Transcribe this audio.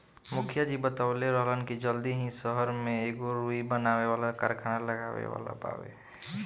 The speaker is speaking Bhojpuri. मुखिया जी बतवले रहलन की जल्दी ही सहर में एगो रुई बनावे वाला कारखाना लागे वाला बावे